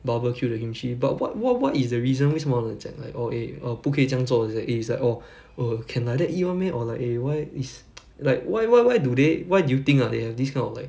barbecue the kimchi but wha~ wha~ what is the reason 为什么你讲 like oh eh err 不可以这样做 it's like eh it's like orh err can like that eat [one] meh or like eh why is like why why why do they why do you think ah they have this kind of like